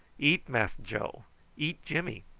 eat mass joe eat jimmy.